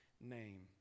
name